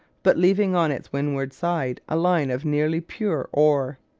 but leaving on its windward side a line of nearly pure ore.